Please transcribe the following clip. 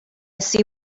see